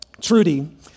Trudy